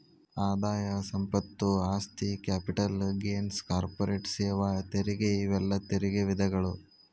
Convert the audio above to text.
ಆದಾಯ ಸಂಪತ್ತು ಆಸ್ತಿ ಕ್ಯಾಪಿಟಲ್ ಗೇನ್ಸ್ ಕಾರ್ಪೊರೇಟ್ ಸೇವಾ ತೆರಿಗೆ ಇವೆಲ್ಲಾ ತೆರಿಗೆ ವಿಧಗಳು